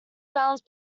balance